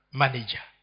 manager